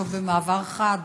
במעבר חד,